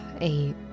eight